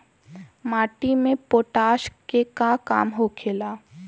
माटी में पोटाश के का काम होखेला?